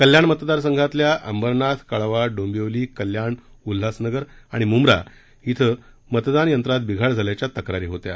कल्याण मतदारसंघातल्या अंबरनाथ कळवा डोंबिवली कल्याण उल्हासनगर आणि मुंब्रा इथं मतदान यंत्रात बिघाड झाल्याच्या तक्रारी होत्या